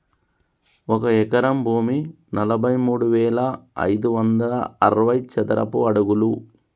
ఒక ఎకరం భూమి నలభై మూడు వేల ఐదు వందల అరవై చదరపు అడుగులు